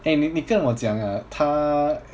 eh 你你跟我讲啊她